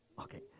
Okay